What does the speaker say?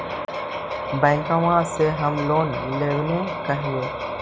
बैंकवा से हम लोन लेवेल कहलिऐ?